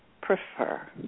prefer